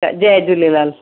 Jay Jhulelal